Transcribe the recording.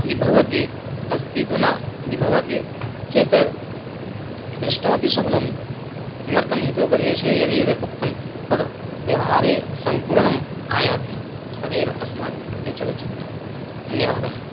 यदि भवति अस्ति तु ना यदि भवति चेत् द्रष्टुमपि शक्नोमि किमर्थं हितोपदेशे यद् यद् उक्तं तद् व्यवहारे सम्पूर्णम् आयाति तदेव अस्माकं कृते चलचित्रं धन्यवादः